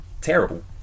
terrible